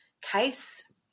case